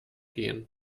gehen